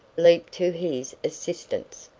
leaped to his assistance.